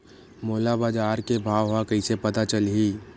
मोला बजार के भाव ह कइसे पता चलही?